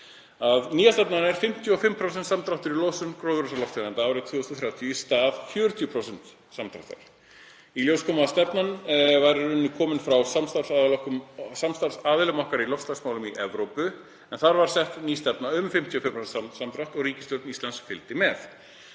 Nýja stefnan er 55% samdráttur í losun gróðurhúsalofttegunda árið 2030 í stað 40% samdráttar. Í ljós kom að stefnan var í rauninni komin frá samstarfsaðilum okkar í loftslagsmálum í Evrópu, en þar var sett ný stefna um 55% samdrátt og ríkisstjórn Íslands fylgdi með.